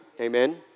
Amen